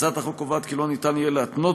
הצעת החוק קובעת כי לא ניתן יהיה להתנות